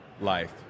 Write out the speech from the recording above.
life